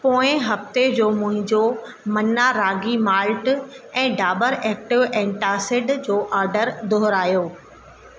पोएं हफ़्ते जो मुंहिंजो मन्ना रागी माल्ट ऐं डाबर एक्टिव एंटासिड जो ऑडर दुहिरायो